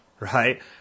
Right